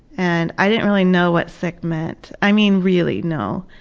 and i didn't really know what sick meant, i mean really know.